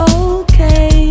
okay